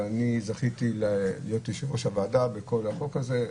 ואני זכיתי להיות יושב-ראש הוועדה בכל החוק הזה.